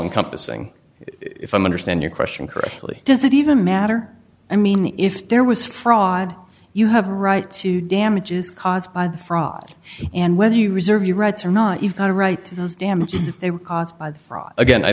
encompassing if i understand your question correctly does it even matter i mean if there was fraud you have a right to damages caused by the fraud and whether you reserve your rights or not you've got a right as damages